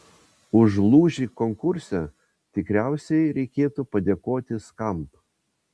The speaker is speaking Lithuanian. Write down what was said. už lūžį konkurse tikriausiai reikėtų padėkoti skamp